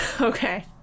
okay